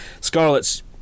Scarlet's